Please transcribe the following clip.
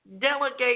Delegate